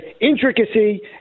intricacy